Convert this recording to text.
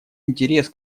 интерес